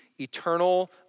eternal